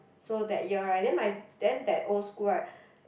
so that year right then my then that old school right